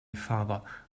farther